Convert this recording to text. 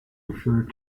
referred